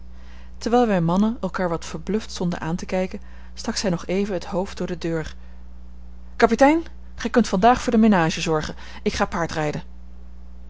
terwijl wij mannen elkaar wat verbluft stonden aan te kijken stak zij nog even het hoofd door de deur kapitein gij kunt vandaag voor de menage zorgen ik ga paardrijden